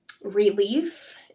relief